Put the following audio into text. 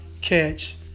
catch